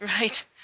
Right